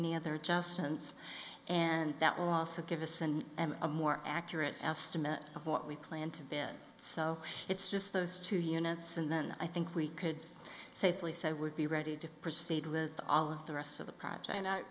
any other adjustments and that will also give us and a more accurate estimate of what we plan to bed so it's just those two units and then i think we could safely say i would be ready to proceed with all of the rest of the